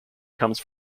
comes